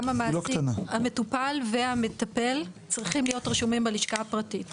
גם המטופל וגם המטפל צריכים להיות רשומים בלשכה הפרטית.